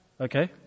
Okay